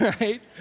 right